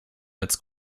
als